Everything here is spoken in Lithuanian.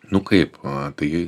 nu kaip tai